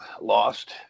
lost